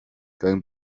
going